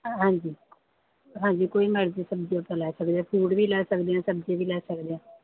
ਹਾਂਜੀ ਹਾਂਜੀ ਕੋਈ ਮਰਜ਼ੀ ਸਬਜ਼ੀ ਆਪਾਂ ਲੈ ਸਕਦੇ ਫਰੂਟ ਵੀ ਲੈ ਸਕਦੇ ਹਾਂ ਸਬਜ਼ੀ ਵੀ ਲੈ ਸਕਦੇ ਹਾਂ